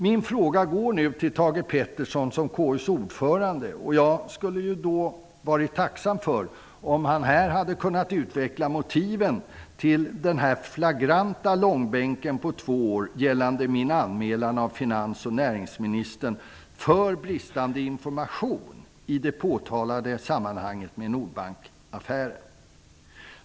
Min fråga går nu till Thage G Peterson som KU:s ordförande, och jag hade varit tacksam om han här hade kunnat utveckla motiven till den här flagranta långbänken under två år gällande min anmälan av finansministern och näringsministern för bristande information i det påtalade sammanhanget -- i nordbanksaffären.